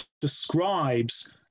describes